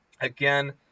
Again